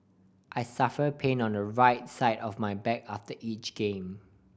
I suffer pain on the right side of my back after each game